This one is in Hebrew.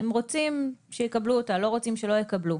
הם רוצים שיקבלו אותה, לא רוצים לא יקבלו.